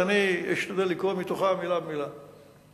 ואני אשתדל לקרוא מתוכה מלה במלה: